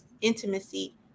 intimacy